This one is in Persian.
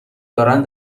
دارن